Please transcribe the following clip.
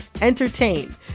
entertain